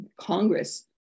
Congress